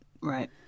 Right